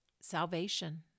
salvation